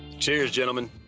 cheers, gentlemen.